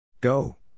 Go